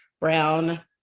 brown